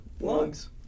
lungs